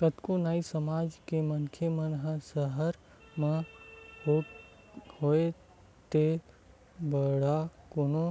कतको नाई समाज के मनखे मन ह सहर म होवय ते बड़का कोनो